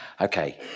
Okay